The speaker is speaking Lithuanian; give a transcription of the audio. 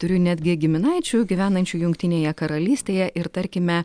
turiu netgi giminaičių gyvenančių jungtinėje karalystėje ir tarkime